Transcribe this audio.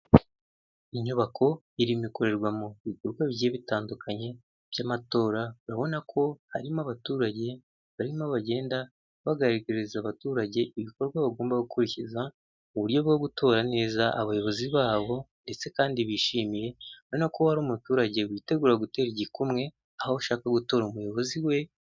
Inyubako irimo ikorerwamo ibikorwa bigiye bitandukanye by'amatora, urabona ko harimo abaturage barimo bagenda bagaragariza abaturage ibikorwa bagomba gukurikiza, mu buryo bwo gutora neza abayobozi babo ndetse kandi bishimiye, ubona ko hari umuturage witegura gutera igikumwe aho ashaka gutora umuyobozi we...